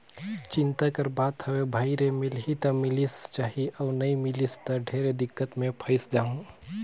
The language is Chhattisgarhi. चिंता कर बात हवे भई रे मिलही त मिलिस जाही अउ नई मिलिस त ढेरे दिक्कत मे फंयस जाहूँ